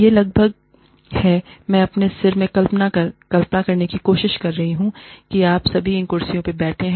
यह लगभग है मैं अपने सिर में कल्पना करने की कोशिश कर रहा हूं कि आप सभी इन कुर्सियों पर बैठे हैं